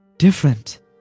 different